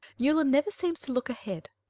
newland never seems to look ahead,